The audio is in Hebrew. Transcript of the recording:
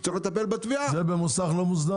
זה במוסך לא מוסדר?